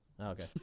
Okay